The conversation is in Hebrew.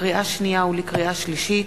לקריאה שנייה ולקריאה שלישית: